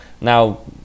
Now